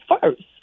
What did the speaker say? first